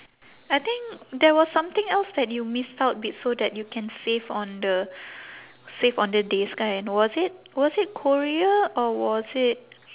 I think there was something else that you missed out b~ so that you can save on the save on the days kan was it was it korea or was it